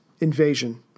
invasion